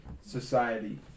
society